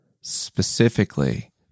specifically